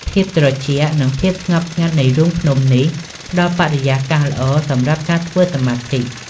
ភាពត្រជាក់ និងភាពស្ងប់ស្ងាត់នៃរូងភ្នំនេះផ្តល់បរិយាកាសល្អសម្រាប់ការធ្វើសមាធិ។